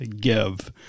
give